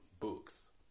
books